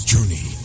journey